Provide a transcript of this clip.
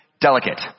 delicate